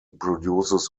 produces